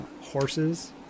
horses